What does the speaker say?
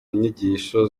nyigisho